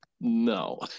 No